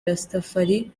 rastafari